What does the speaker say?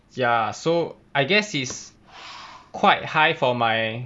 ya so I guess is quite high for my